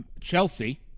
Chelsea